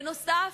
בנוסף,